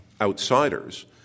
outsiders